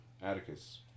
Atticus